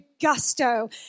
gusto